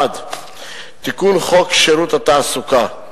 1. תיקון חוק שירות התעסוקה,